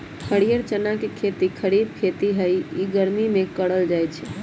हरीयर चना के खेती खरिफ खेती हइ इ गर्मि में करल जाय छै